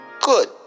Good